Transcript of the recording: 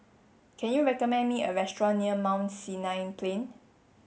can you recommend me a restaurant near Mount Sinai Plain